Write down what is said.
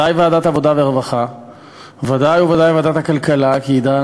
החוק הזה הונח לקריאה טרומית,